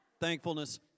thankfulness